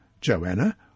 Joanna